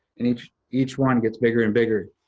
and each each one gets bigger and bigger.